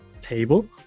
table